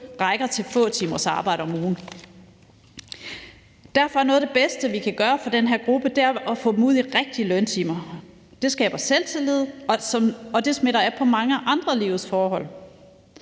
rækker til få timers arbejde om ugen. Derfor er noget af det bedste, vi kan gøre for den her gruppe, at få dem ud i rigtige løntimer. Det skaber selvtillid, og det smitter af på mange andre af livets forhold.